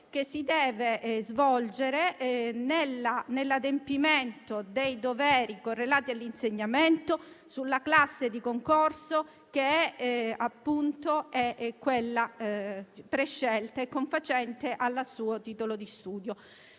che si deve svolgere nell'adempimento dei doveri correlati all'insegnamento, sulla classe di concorso che è quella prescelta e confacente al suo titolo di studio.